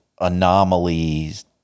anomalies